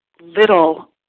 little